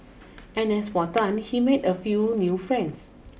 and as for Tan he made a few new friends